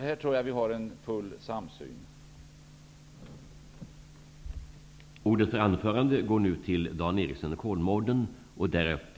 Här tror jag således att full samsyn finns.